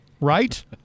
Right